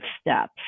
steps